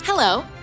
Hello